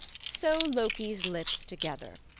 sew loki's lips together,